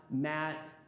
Matt